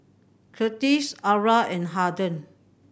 Curtiss Arla and Harden